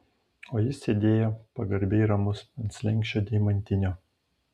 o jis sėdėjo pagarbiai ramus ant slenksčio deimantinio